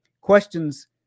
Questions